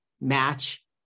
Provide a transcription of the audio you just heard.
match